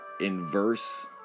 inverse